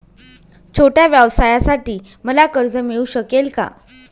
छोट्या व्यवसायासाठी मला कर्ज मिळू शकेल का?